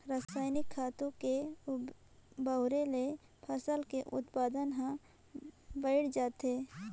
रसायनिक खातू के बउरे ले फसल के उत्पादन हर बायड़ जाथे